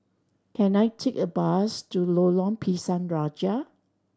can I take a bus to Lorong Pisang Raja